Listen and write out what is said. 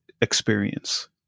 experience